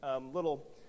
little